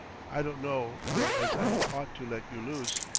i don't know, though, as i ad ought to let you loose.